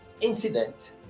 incident